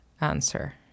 answer